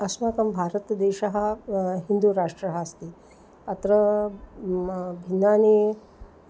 अस्माकं भारतदेशः हिन्दूराष्ट्रः अस्ति अत्र भिन्नानि